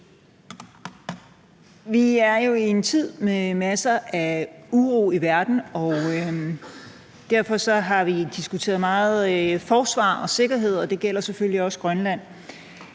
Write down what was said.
Vi er jo i en tid med masser af uro i verden. Derfor har vi meget diskuteret forsvar og sikkerhed, og det gælder selvfølgelig også i